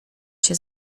się